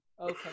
Okay